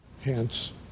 Hence